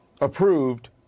approved